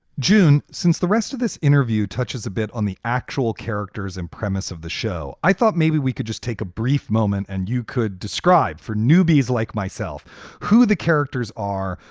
june, since the rest of this interview touches a bit on the actual characters and premise of the show, i thought maybe we could just take a brief moment and you could describe for newbies like myself who the characters are,